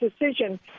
decision